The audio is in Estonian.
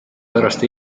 pärast